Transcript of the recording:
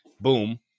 Boom